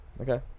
Okay